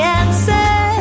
answer